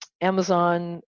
Amazon